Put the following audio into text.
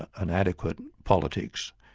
an adequate politics,